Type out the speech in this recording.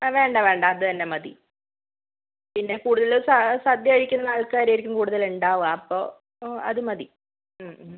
ആ വേണ്ട വേണ്ട അതുതന്നെ മതി പിന്നെ കൂടുതൽ സദ്യ കഴിക്കുന്ന ആൾക്കാരായിരിക്കും കൂടുതലുണ്ടാവുക അപ്പോൾ അതുമതി